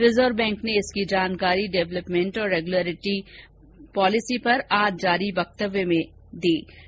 reserve bank ने इसकी जानकारी डेवलपमेंट और रेगुलेटरी पॉलिसी पर आज जारी वक्तव्य मे दी है